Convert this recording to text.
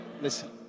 Listen